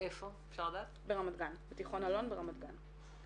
ועדת המשנה למאבק בסחר